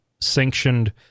sanctioned